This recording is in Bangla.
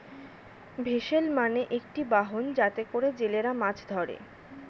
ভেসেল মানে একটি বাহন যাতে করে জেলেরা মাছ ধরে